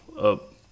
up